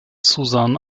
susan